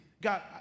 god